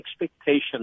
expectations